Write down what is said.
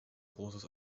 großes